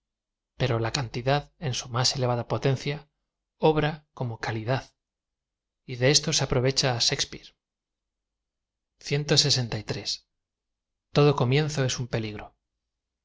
pero la cantidad en su más elevada potencia ohra como cali dad y de esto se aprovecha shakespeare odo comienzo es un peligro